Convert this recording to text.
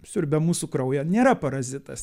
siurbia mūsų kraują nėra parazitas